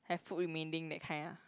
have food remaining that kind ah